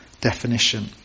definition